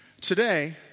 Today